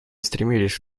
стремились